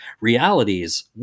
realities